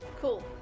Cool